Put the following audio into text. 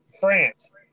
France